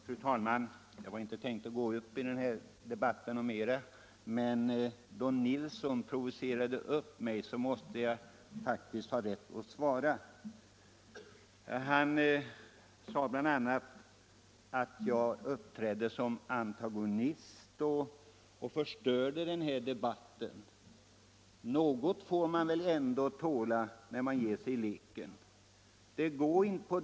Fru talman! Jag hade inte tänkt gå upp i debatten mera, men eftersom herr Nilsson i Kalmar provocerade mig måste jag ha rätt att svara. Han sade bl.a. att jag uppträdde som antagonist och förstörde debatten. Men något får man väl ändå tåla, herr Nilsson i Kalmar, när man ger sig in i leken?